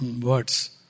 words